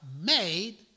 made